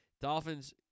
Dolphins